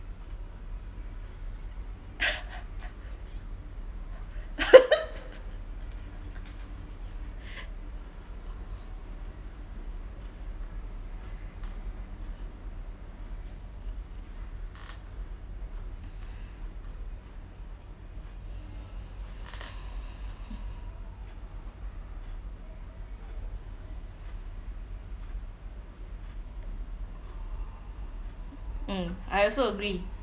mm I also agree